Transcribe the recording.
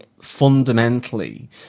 fundamentally